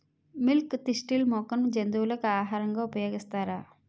Milk thistle మొక్కను జంతువులకు ఆహారంగా ఉపయోగిస్తారా?